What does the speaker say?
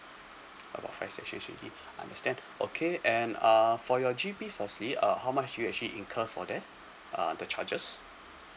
about five sessions already understand okay and uh for your G_P for say uh how much did you actually incur for that uh the charges